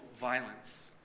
violence